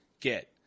get